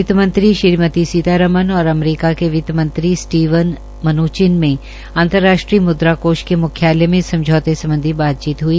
वित्त मंत्री श्रीमती सीतामरन और अमरीका के वित्त मंत्री स्टीवन मनूचिन में अंतरराश्ट्रीय मुद्रा कोश के मुख्यालय में इस समझोते संबंधि बातचीत हुई